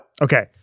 Okay